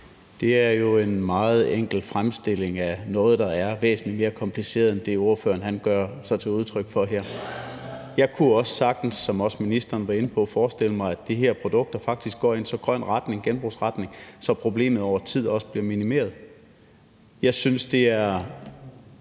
Det er jo en meget enkel fremstilling af noget, der er væsentlig mere kompliceret end det, ordføreren giver udtryk for her. Jeg kunne sagtens, som ministeren også var inde på, forestille mig, at de her produkter faktisk går i en så grøn genbrugsretning, at problemet over tid bliver minimeret. Jeg synes, det er